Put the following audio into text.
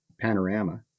Panorama